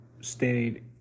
stayed